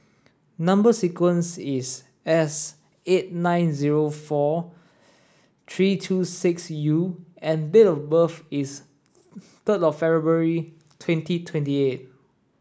number sequence is S eight nine zero four three two six U and date of birth is third of February twenty twenty eight